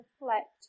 reflect